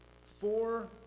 four